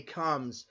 comes